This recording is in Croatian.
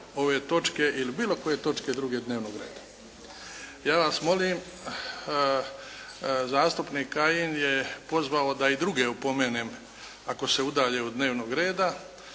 ove točke ili bilo koje točke druge dnevnog reda. Ja vas molim, zastupnik Kajin je pozvao da i druge opomenem ako se udalje od dnevnog reda.